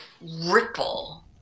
ripple